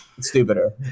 stupider